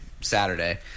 Saturday